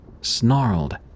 snarled